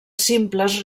simples